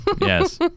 Yes